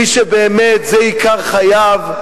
מי שבאמת זה עיקר חייו,